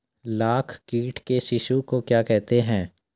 लाख कीट के शिशु को क्या कहते हैं?